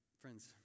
Friends